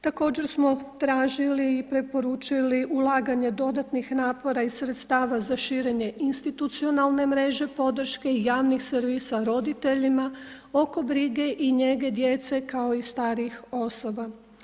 Također smo tražili i preporučili ulaganje dodatnih napora i sredstava za širenje institucionalne mreže podrške javnih servisa roditeljima oko brige i njege djece, kao i starijih osoba.